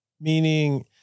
meaning